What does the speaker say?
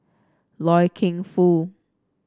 Loy Keng Foo